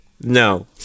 No